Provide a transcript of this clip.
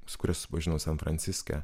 su kuria susipažinau san franciske